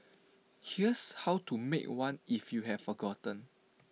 here's how to make one if you have forgotten